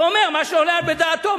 ואומר מה שעולה בדעתו,